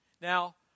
Now